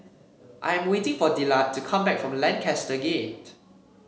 I am waiting for Dillard to come back from Lancaster Gate